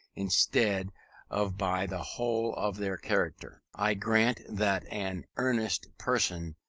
instead of by the whole of their character. i grant that an earnest person,